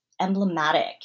emblematic